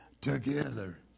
together